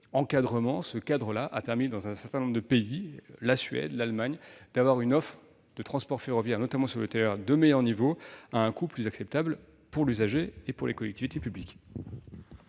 ce cadre a permis, dans un certain nombre de pays- la Suède, l'Allemagne ... -d'offrir une offre de transport ferroviaire, notamment sur le TER, de meilleur niveau et à un coût plus acceptable pour l'usager et pour les collectivités publiques.